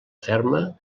ferma